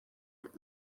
that